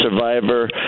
survivor